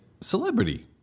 celebrity